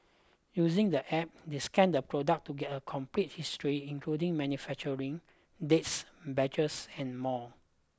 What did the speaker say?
using the App they scan the product to get a complete history including manufacturing dates batches and more